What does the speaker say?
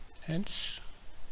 Hence